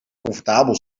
comfortabel